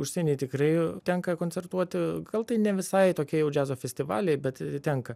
užsieny tikrai tenka koncertuoti gal tai ne visai tokie jau džiazo festivaliai bet tenka